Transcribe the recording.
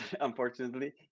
unfortunately